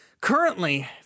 Currently